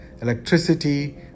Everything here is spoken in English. electricity